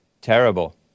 Terrible